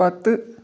پتہٕ